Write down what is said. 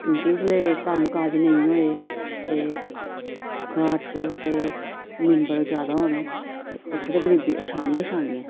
क्योंकि जिल्लै कम्म काज नेईं होए ते घर च ते मिम्बर जैदा होन ते उत्थै ते गरीबी छानी गै छानी ऐ